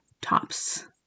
tops